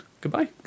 Goodbye